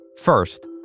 First